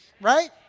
right